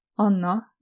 Anna